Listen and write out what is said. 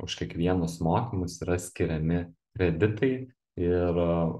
už kiekvienus mokymus yra skiriami kreditai ir